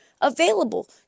available